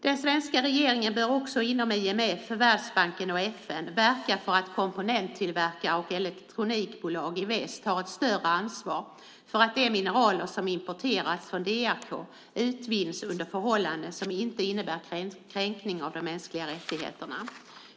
Den svenska regeringen bör också inom IMF, Världsbanken och FN verka för att komponenttillverkare och elektronikbolag i väst tar ett större ansvar för att de mineraler som importerats från DRK utvinns under förhållanden som inte innebär kränkning av de mänskliga rättigheterna.